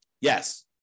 Yes